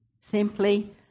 simply